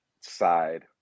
side